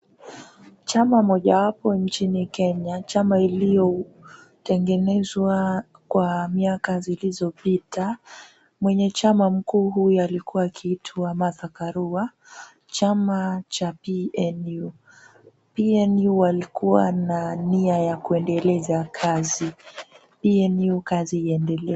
Chama mojawapo nchini Kenya, chama iliyotengenezwa kwa miaka zilizopita. Mwenyechama mkuu huyu alikuwa akiitwa Martha Karua, chama cha PNU. PNU walikuwa na nia ya kuendeleza kazi. PNU kazi iendelee.